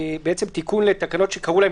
מוגבל.